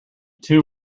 two